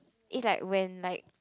is like when like